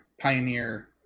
Pioneer